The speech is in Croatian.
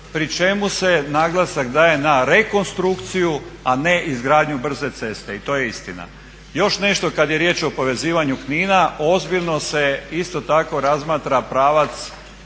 pri čemu se naglasak daje na rekonstrukciju a ne izgradnju brze ceste i to je istina. Još nešto kada je riječ o povezivanju Knina, ozbiljno se isto tako razmatra pravac